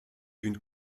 d’une